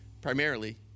primarily